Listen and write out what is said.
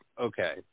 okay